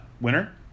winner